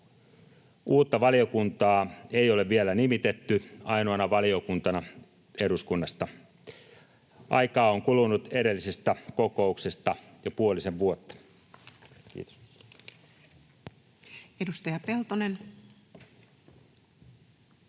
Uutta valiokuntaa ei ole vielä nimitetty ainoana valiokuntana eduskunnasta. Aikaa on kulunut edellisestä kokouksesta jo puolisen vuotta. — Kiitos. [Speech